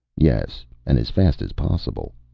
yes, and as fast as possible,